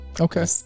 okay